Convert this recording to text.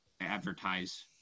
advertise